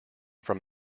from